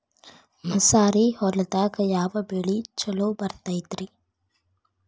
ಮಸಾರಿ ಹೊಲದಾಗ ಯಾವ ಬೆಳಿ ಛಲೋ ಬರತೈತ್ರೇ?